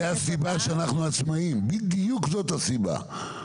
זו הסיבה שאנחנו עצמאיים, בדיוק זאת הסיבה.